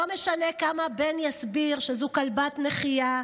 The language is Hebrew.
לא משנה כמה בן יסביר שזו כלבת נחייה,